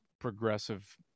progressive